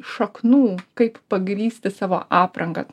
šaknų kaip pagrįsti savo aprangą